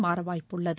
மாறவாய்ப்புள்ளது